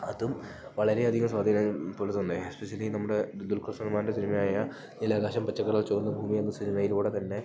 അതും വളരെയധികം സ്വാധീനം പോലെ തന്നെ എസ്പെഷ്യലി നമ്മുടെ ദുൽഖർ സൽമ്മാൻ്റെ സിനിമയായ നീലാകാശം പച്ചക്കടൽ ചുവന്ന ഭൂമി എന്ന സിനിമയിലൂടെ തന്നെ